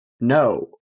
No